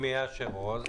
שמי אשר עוז.